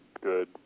good